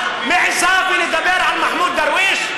את מעיזה לדבר על מחמוד דרוויש?